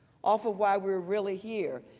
off of why we are really here.